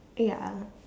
ya